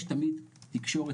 יש תמיד תקשורת,